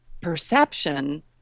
perception